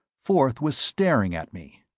forth was staring at me.